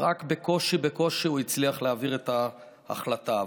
הוא הצליח רק בקושי בקושי להעביר את ההחלטה.